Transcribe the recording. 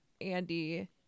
Andy